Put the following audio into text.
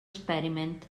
experiment